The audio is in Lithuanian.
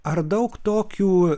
ar daug tokių